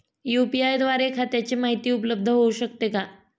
UPI द्वारे खात्याची माहिती उपलब्ध होऊ शकते का?